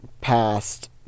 past